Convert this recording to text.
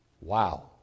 Wow